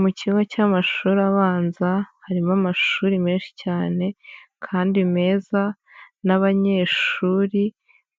Mu kigo cy'amashuri abanza, harimo amashuri menshi cyane kandi meza n'abanyeshuri,